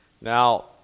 Now